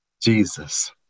Jesus